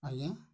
ଆଜ୍ଞା